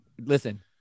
Listen